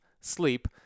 sleep